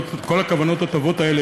כל הכוונות הטובות האלה,